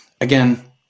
again